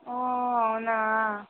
ఓ అవునా